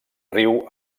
riu